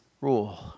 rule